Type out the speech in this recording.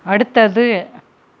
அடுத்தது